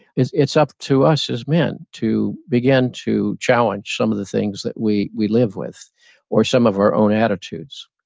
it's it's up to us as men to begin to challenge some of the things that we we live with or some of our own attitudes.